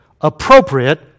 appropriate